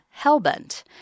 Hellbent